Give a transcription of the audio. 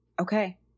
Okay